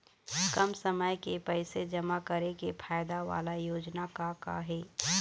कम समय के पैसे जमा करे के फायदा वाला योजना का का हे?